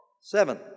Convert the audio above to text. Seven